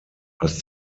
als